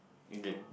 you know